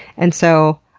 and so,